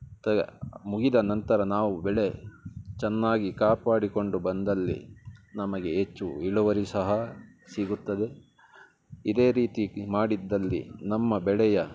ಮತ್ತು ಮುಗಿದ ನಂತರ ನಾವು ಬೆಳೆ ಚೆನ್ನಾಗಿ ಕಾಪಾಡಿಕೊಂಡು ಬಂದಲ್ಲಿ ನಮಗೆ ಹೆಚ್ಚು ಇಳುವರಿ ಸಹ ಸಿಗುತ್ತದೆ ಇದೇ ರೀತಿ ಮಾಡಿದ್ದಲ್ಲಿ ನಮ್ಮ ಬೆಳೆಯ